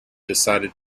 decided